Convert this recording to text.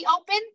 open